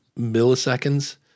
milliseconds